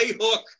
hook